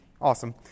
awesome